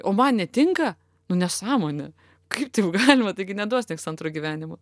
o man netinka nu nesąmonė kaip taip galima taigi neduos nieks antro gyvenimo